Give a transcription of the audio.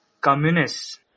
Communists